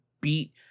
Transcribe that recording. beat